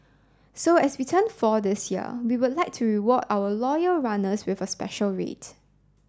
so as we turn four this year we would like to reward our loyal runners with a special rate